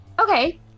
Okay